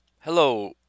hello